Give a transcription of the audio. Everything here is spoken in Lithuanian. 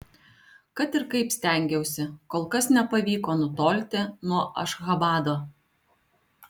kad ir kaip stengiausi kol kas nepavyko nutolti nuo ašchabado